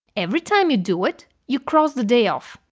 every time you do it, you cross the day off.